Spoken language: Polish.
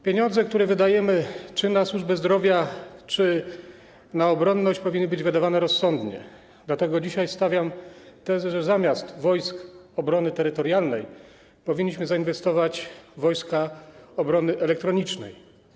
Pieniądze, które wydajemy czy na służbę zdrowia, czy na obronność, powinny być wydawane rozsądnie, dlatego dzisiaj stawiam tezę, że zamiast w Wojska Obrony Terytorialnej powinniśmy zainwestować w wojska obrony elektronicznej.